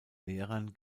lehrern